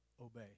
Obey